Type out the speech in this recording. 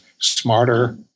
smarter